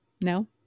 no